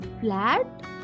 flat